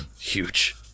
Huge